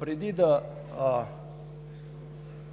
Преди да